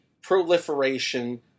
proliferation